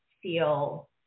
feel